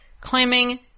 claiming